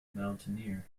mountaineer